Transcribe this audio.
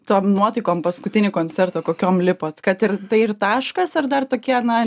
tom nuotaikom paskutinį koncertą kokiom lipat kad ir tai ir taškas ar dar tokie na